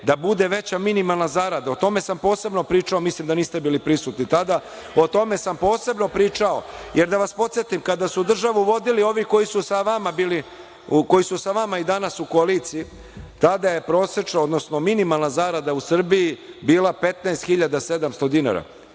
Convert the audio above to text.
da bude veća minimalna zarada, o tome sam posebno pričao, mislim da niste bili prisutni tada, o tome sam posebno pričao. Jer, da vas podsetim, kad su državu vodili ovi koji su sa vama i danas u koaliciji, tada je minimalna zarada u Srbiji bila 15.700 dinara,